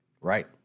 Right